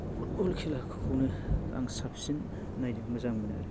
football खेलाखौनो आं साबसिन नायनो मोजां मोनो आरो